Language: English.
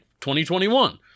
2021